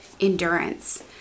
endurance